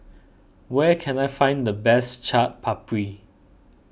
where can I find the best Chaat Papri